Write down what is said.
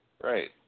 Right